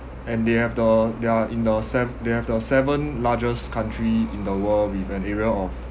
and they have the they are in the sev~ they have the seventh largest country in the world with an area of